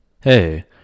Hey